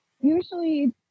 Usually